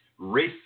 racist